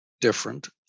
different